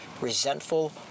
resentful